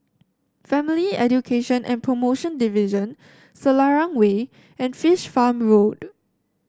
Family Education and Promotion Division Selarang Way and Fish Farm Road